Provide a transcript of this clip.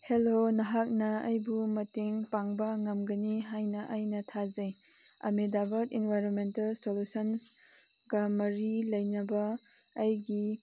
hello ꯅꯍꯥꯛꯅ ꯑꯩꯕꯨ ꯃꯇꯦꯡ ꯄꯥꯡꯕ ꯉꯝꯒꯅꯤ ꯍꯥꯏꯅ ꯑꯩꯅ ꯊꯥꯖꯩ ꯑꯍꯃꯦꯗꯕꯥꯠ ꯏꯟꯕꯥꯏꯔꯣꯟꯃꯦꯟꯇꯦꯜ ꯁꯣꯂꯨꯁꯟꯀ ꯃꯔꯤ ꯂꯩꯅꯕ ꯑꯩꯒꯤ